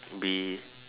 be